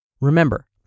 Remember